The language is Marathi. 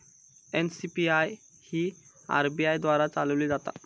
एन.सी.पी.आय ही आर.बी.आय द्वारा चालवली जाता